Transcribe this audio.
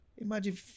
Imagine